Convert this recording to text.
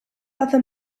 other